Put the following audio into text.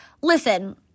listen